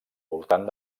voltant